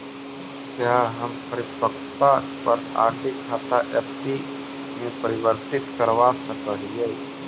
क्या हम परिपक्वता पर आर.डी खाता एफ.डी में परिवर्तित करवा सकअ हियई